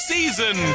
Season